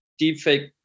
deepfake